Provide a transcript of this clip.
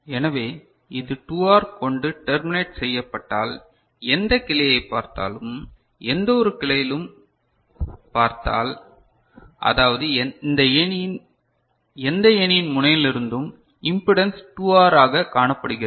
எனவே இது 2 ஆர் கொண்டு டெர்மிநேட் செய்யப்பட்டால் எந்த கிளையை பார்த்தாலும் எந்தவொரு கிளையிலும் பார்த்தால் அதாவது எந்த ஏணியின் முனையிலிருந்தும் இம்பிடன்ஸ் 2R ஆகக் காணப்படுகிறது